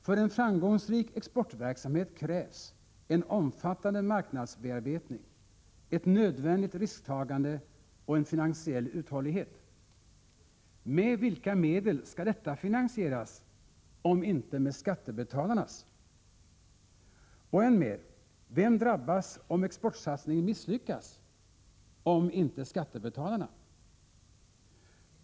För en framgångsrik exportverksamhet krävs en omfattande marknadsbearbetning, ett nödvändigt risktagande och en finansiell uthållighet. Med vilka medel skall detta finansieras, om inte med skattebetalarnas? Och än mer — vem drabbas om exportsatsningen misslyckas, om inte skattebetalarna?